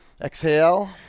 Exhale